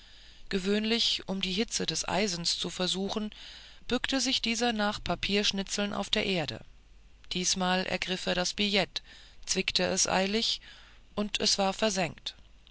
gewöhnlich um die hitze des eisens zu versuchen bückte sich dieser nach papierschnitzeln auf der erde diesmal ergriff er das billet zwickte es eilig und es war versengt